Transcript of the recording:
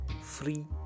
Free